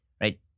right